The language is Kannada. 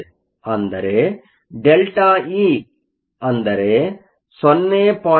ಆದರೆ ΔE ಅಂದರೆ 0